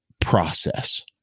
process